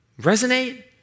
resonate